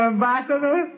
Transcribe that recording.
Ambassador